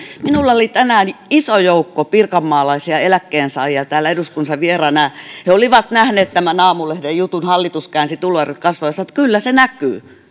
minulla oli tänään iso joukko pirkanmaalaisia eläkkeensaajia täällä eduskunnassa vieraana ja he olivat nähneet tämän aamulehden jutun hallitus käänsi tuloerot kasvuun ja sanoivat että kyllä se näkyy